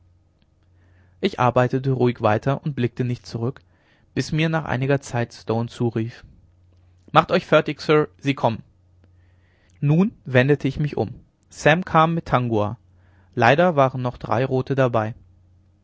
ich arbeitete ruhig weiter und blickte nicht zurück bis mir nach einiger zeit stone zurief macht euch fertig sir sie kommen nun wendete ich mich um sam kam mit tangua leider waren noch drei rote dabei